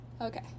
okay